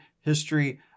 history